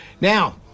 Now